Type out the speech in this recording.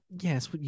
Yes